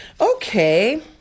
Okay